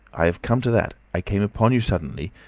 i have come to that i came upon you suddenly.